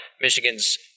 Michigan's